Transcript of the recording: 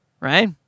right